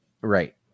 right